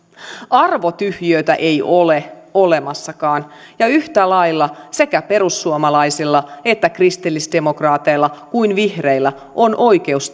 arvotyhjiötä ei ole olemassakaan ja yhtä lailla sekä perussuomalaisilla kristillisdemokraateilla että vihreillä on oikeus